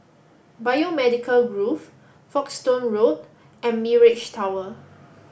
Biomedical Grove Folkestone Road and Mirage Tower